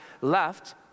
left